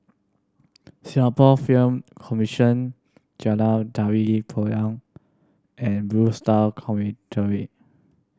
Singapore Film Commission Jalan Tari Payong and Blue Star